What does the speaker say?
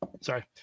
Sorry